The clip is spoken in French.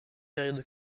périodes